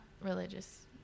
religious